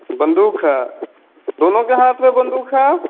बंदूक है दोनों के हाथ में बंदूक है